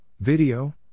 Video